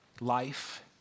life